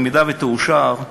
אם תאושר,